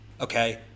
okay